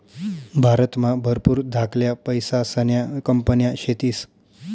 भारतमा भरपूर धाकल्या पैसासन्या कंपन्या शेतीस